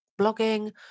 blogging